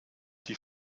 die